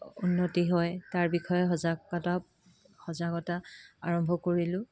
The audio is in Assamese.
উন্নতি হয় তাৰ বিষয়ে সজাগতা সজাগতা আৰম্ভ কৰিলোঁ